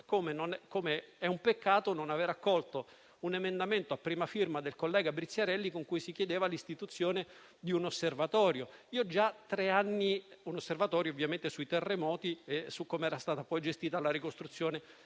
è un peccato non aver accolto un emendamento a prima firma del collega Briziarelli con cui si chiedeva l'istituzione di un osservatorio sui terremoti e su come era stata poi gestita la ricostruzione.